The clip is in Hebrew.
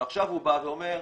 ועכשיו הוא בא ואומר: